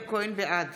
בעד